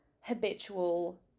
habitual